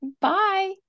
Bye